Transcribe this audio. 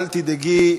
אל תדאגי,